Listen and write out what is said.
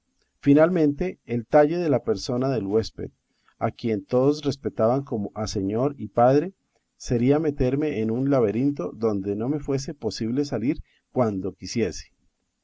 finalmente el talle de la persona del huésped a quien todos respetaban como a señor y padre sería meterme en un laberinto donde no me fuese posible salir cuando quisiese